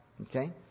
Okay